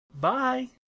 Bye